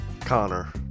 Connor